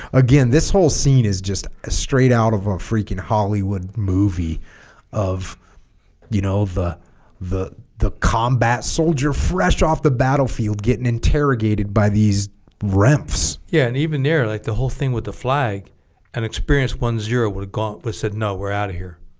again this whole scene is just ah straight out of a freaking hollywood movie of you know the the the combat soldier fresh off the battlefield getting interrogated by these ramps yeah and even there like the whole thing with the flag and experience one zero would have said no we're out of here